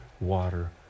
water